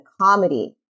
comedy